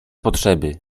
potrzeby